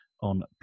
on